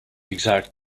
exact